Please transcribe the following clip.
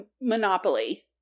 Monopoly